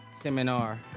seminar